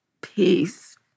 peace